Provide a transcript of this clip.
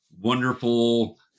wonderful